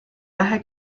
vähe